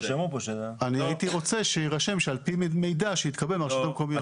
אני הייתי רוצה שיירשם שעל פי מידע שיתקבל מהרשויות המקומיות.